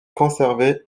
conservés